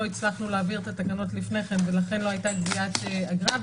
הצלחנו להעביר את התקנות לפני כן ולכן לא הייתה גביית אגרה,